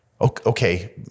Okay